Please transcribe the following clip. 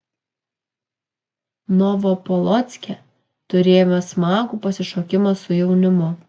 novopolocke turėjome smagų pasišokimą su jaunimu